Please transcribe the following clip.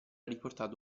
riportato